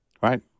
Right